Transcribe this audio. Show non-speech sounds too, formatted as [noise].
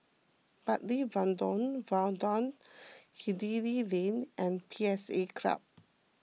Bartley [unintelligible] Viaduct Hindhede Lane and P S A Club